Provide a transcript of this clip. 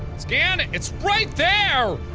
scan it, its right there